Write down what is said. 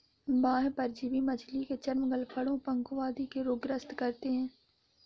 बाह्य परजीवी मछली के चर्म, गलफडों, पंखों आदि के रोग ग्रस्त करते है